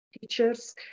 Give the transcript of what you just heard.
teachers